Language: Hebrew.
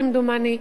כמדומני,